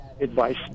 advice